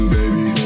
baby